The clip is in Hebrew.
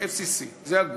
ה-FCC, זה הגוף,